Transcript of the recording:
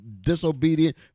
disobedient